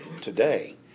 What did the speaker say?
today